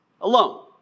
alone